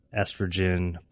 estrogen